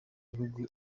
gihugu